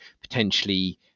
potentially